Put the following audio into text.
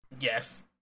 Yes